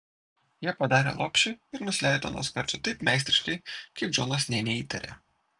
jie padarė lopšį ir nusileido nuo skardžio taip meistriškai kaip džonas nė neįtarė